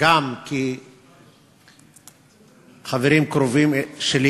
גם חברים קרובים שלי,